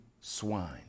swine